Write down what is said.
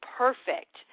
perfect